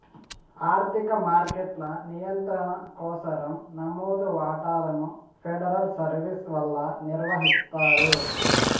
ఆర్థిక మార్కెట్ల నియంత్రణ కోసరం నమోదు వాటాలను ఫెడరల్ సర్వీస్ వల్ల నిర్వహిస్తారు